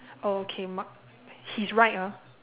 oh okay mark his right ah